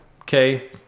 Okay